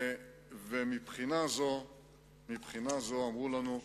מבחינה זו אמרו לנו,